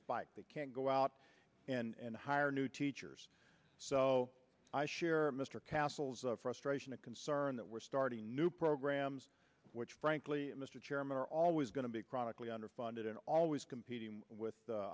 spike they can't go out and hire new teachers so i share mr cassels frustration a concern that we're starting new programs which frankly mr chairman are always going to be chronically underfunded and always competing with the